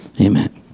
amen